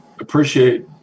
appreciate